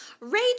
Ray